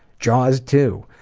jaws two.